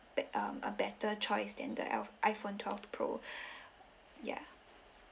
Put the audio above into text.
bet~ um a better choice than the I iphone twelve pro ya